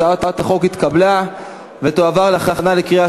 הצעת החוק התקבלה ותועבר להכנה לקריאה